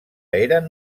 eren